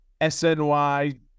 SNY